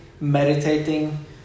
meditating